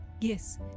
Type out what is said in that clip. Yes